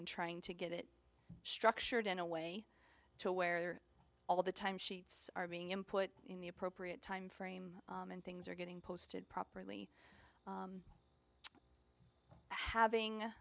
and trying to get it structured in a way to where all of the time sheets are being in put in the appropriate timeframe and things are getting posted properly having